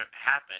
happen